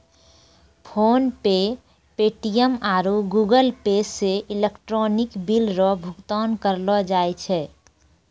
PhonePe Paytm आरु Google Pay से electronic bill रो भुगतान करलो जाय छै